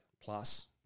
plus